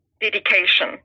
dedication